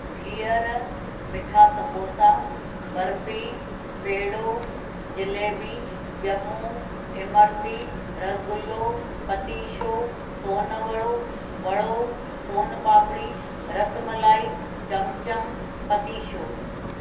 गिहर मिठा सबोसा बर्फ़ी पेड़ो जलेबी ॼमूं इमरती रसगुल्लो पतीशो सोन वड़ो वड़ो सोन पापड़ी रस मलाई चमचम पतीशो